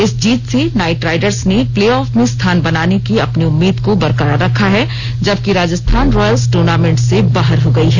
इस जीत से नाइट राइडर्स ने प्ले ऑफ में स्थान बनाने की अपनी उम्मीद को बरकरार रखा है जबकि राजस्थान रॉयल्स ट्र्नामेंट से बाहर हो गई है